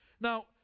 Now